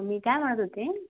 मी काय म्हणत होते